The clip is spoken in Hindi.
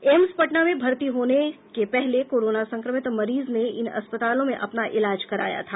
एम्स पटना में भर्ती होने के पहले कोरोना संक्रमित मरीज ने इन अस्पतालों में अपना इलाज कराया था